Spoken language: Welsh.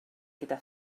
gyda